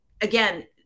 again